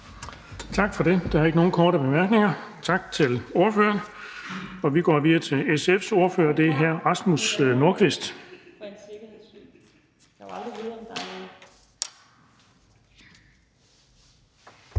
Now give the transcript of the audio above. Tak for det. Der er ikke nogen korte bemærkninger. Tak til ordføreren. Vi går videre til Venstres ordfører, og det er fru Ulla Tørnæs.